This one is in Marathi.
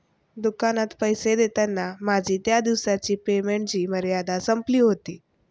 दुकानात पैसे देताना माझी त्या दिवसाची पेमेंटची मर्यादा संपली होती